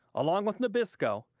along with nabisco,